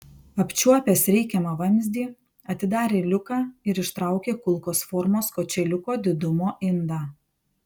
apčiuopęs reikiamą vamzdį atidarė liuką ir ištraukė kulkos formos kočėliuko didumo indą